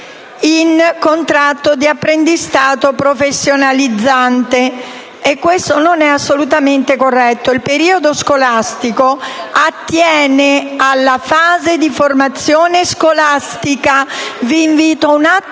in contratto di apprendistato professionalizzante. Questo non è assolutamente corretto. Il periodo scolastico attiene alla fase di formazione scolastica - vi invito un attimo